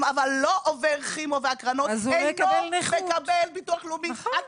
אבל לא עובר כימו והקרנות הוא אינו מקבל ביטוח לאומי! את